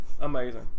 Amazing